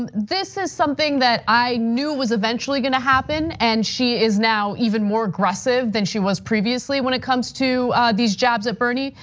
um this is something that i knew was eventually gonna happen. and she is now even more aggressive than she was previously when it comes to these jabs at bernie.